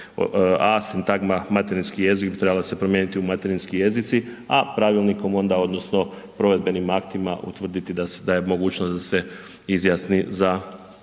a) sintagma materinski jezik bi trebala se promijeniti u materinski jezici, a pravilnikom onda odnosno provedbenim aktima utvrditi da je mogućnost da se izjasni za 2 materinska